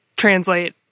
translate